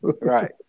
Right